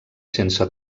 sense